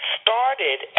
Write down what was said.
started